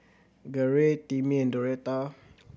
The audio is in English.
Garey Timmie and Doretta